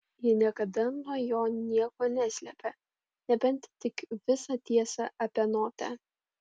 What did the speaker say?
ji niekada nuo jo nieko neslėpė nebent tik visą tiesą apie notę